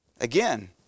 Again